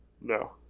No